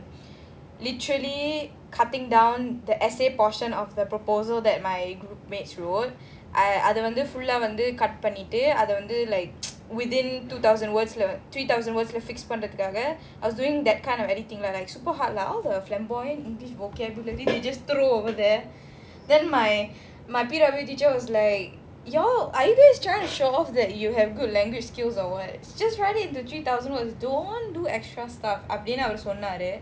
literally cutting down the essay portion of the proposal that my group mates wrote I அதுவந்து:adhu vandhu cut பண்ணிட்டு:pannitu like within two thousand words lah three thousand words fixed பண்றதுக்காக:panrathukaga I was doing that kind of anything lah like super hard lah all the flamboyant english vocabulary they just throw over there then my my P_W teacher was like are you guys trying to show off that you have good language skills or what just write it to three thousand words don't do extra stuff அப்டினுஅவருசொன்னாரு:apdinu avaru sonnaru